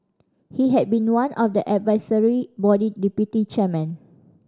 he had been one of the advisory body deputy chairmen